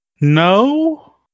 No